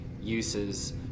uses